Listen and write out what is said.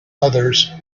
others